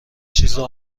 چیزو